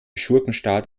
schurkenstaat